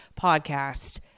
podcast